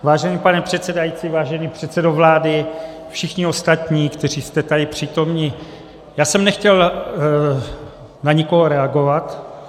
Vážený pane předsedající, vážený předsedo vlády, všichni ostatní, kteří jste tady přítomni, já jsem nechtěl na nikoho reagovat.